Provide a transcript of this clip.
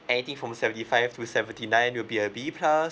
anything from seventy five to seventy nine will be a B plus